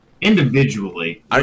individually